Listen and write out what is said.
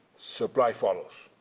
supply follows.